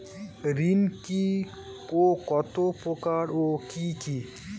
ঋণ কি ও কত প্রকার ও কি কি?